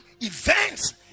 events